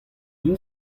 int